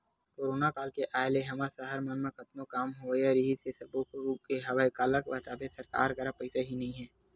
corona काल के आय ले हमर सहर मन म कतको काम होवइया रिहिस हे सब रुकगे हवय काला बताबे सरकार करा पइसा ही नइ ह